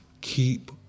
keep